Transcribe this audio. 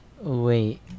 Wait